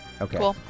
Okay